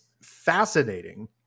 fascinating